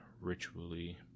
ritually